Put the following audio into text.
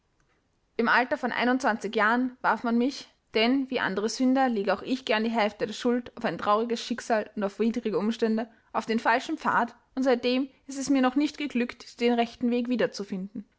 im alter von einundzwanzig jahren warf man mich denn wie andere sünder lege auch ich gern die hälfte der schuld auf ein trauriges schicksal und auf widrige umstände auf den falschen pfad und seitdem ist es mir noch nicht geglückt den rechten weg wiederzufinden